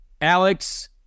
Alex